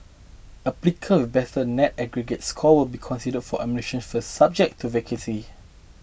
applicants better net aggregate scores will be considered for admission first subject to vacancies